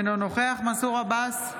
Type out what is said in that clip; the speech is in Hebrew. אינו נוכח מנסור עבאס,